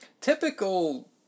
Typical